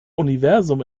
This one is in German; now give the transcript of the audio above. universum